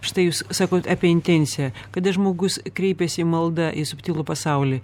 štai jūs sakot apie intenciją kada žmogus kreipiasi malda į subtilų pasaulį